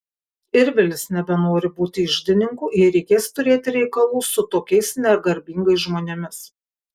ir vilis nebenori būti iždininku jei reikės turėti reikalų su tokiais negarbingais žmonėmis